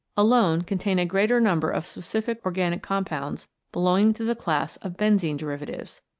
alone contain a greater number of specific organic compounds belonging to the class of benzene-derivatives.